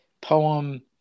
poem